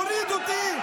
תוריד אותי,